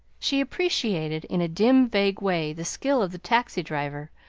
she appreciated in a dim, vague way the skill of the taxi-driver,